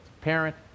parent